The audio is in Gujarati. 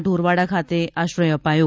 ઢોરવાડા ખાતે આશ્રય અપાયો